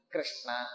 Krishna